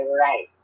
right